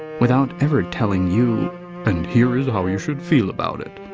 without ever telling you and here is how you should feel about it.